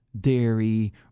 dairy